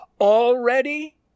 already